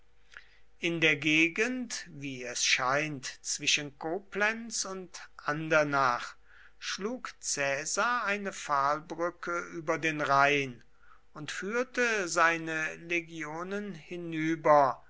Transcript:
in der gegend wie es scheint zwischen koblenz und andernach schlug caesar eine pfahlbrücke über den rhein und führte seine legionen hinüber